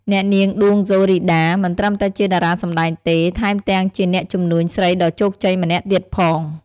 អ្នកនាង ដួង ហ្សូរីដា មិនត្រឹមតែជាតារាសម្តែងទេ ថែមទាំងជាអ្នកជំនួញស្រីដ៏ជោគជ័យម្នាក់ទៀតផង។